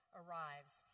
arrives